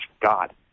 God